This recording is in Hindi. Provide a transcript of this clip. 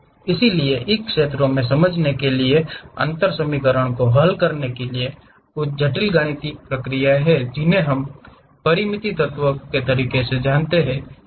इसलिए क्षेत्रों को समझने के लिए अंतर समीकरणों को हल करने के लिए कुछ गणितीय प्रक्रियाएं हैं जिन्हें हम परिमित तत्व तरीके कहते हैं